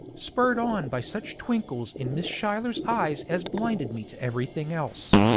spurred on by such twinkles in miss schuyler's eyes as blinded me to everything else.